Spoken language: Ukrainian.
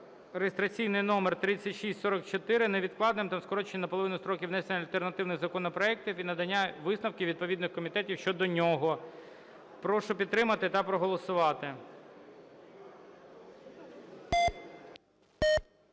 (реєстраційний номер 3644) невідкладним та скорочення наполовину строків внесення альтернативних законопроектів і надання висновків відповідних комітетів щодо нього. Прошу підтримати та проголосувати.